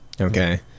Okay